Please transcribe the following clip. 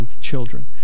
children